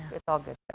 it's all good.